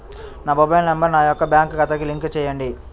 నా mobile number నా యొక్క బ్యాంక్ ఖాతాకి లింక్ చేయండీ?